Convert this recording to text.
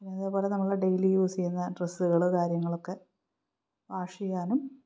പിന്നെ അതേപോലെ നമ്മള് ഡെയിലി യൂസ് ചെയ്യുന്ന ഡ്രസ്സുകള് കാര്യങ്ങളൊക്കെ വാഷ് ചെയ്യാനും